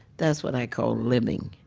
that's what i call living,